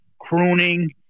crooning